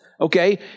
Okay